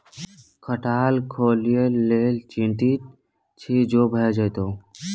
खटाल खोलय लेल चितिंत छी जो भए जेतौ